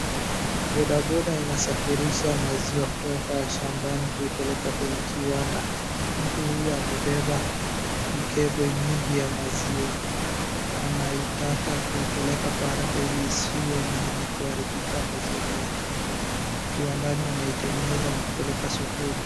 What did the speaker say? Boda boda inasafirisha maziwa kutoka shambani kuipeleka kwenye kiwanda. Mtu Huyu amebeba mkebe mingi ya maziwa, anaitaka kuipeleka kwa haraka ili isiwe ni yenye kuharibika maziwa haya. Ikiwa ndani wanaitengeneza na kuipeleka sokoni.